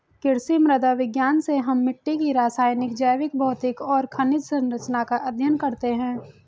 कृषि मृदा विज्ञान में हम मिट्टी की रासायनिक, जैविक, भौतिक और खनिज सरंचना का अध्ययन करते हैं